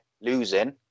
losing